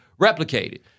replicated